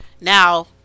now